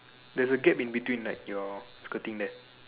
there's a gap in between right your skirting there